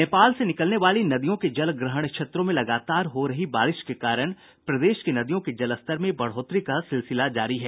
नेपाल से निकलने वाली नदियों के जलग्रहण क्षेत्रों में लगातार हो रही बारिश के कारण प्रदेश की नदियों के जलस्तर में बढ़ोतरी का सिलसिला जारी है